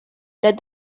let